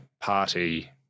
party